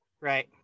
Right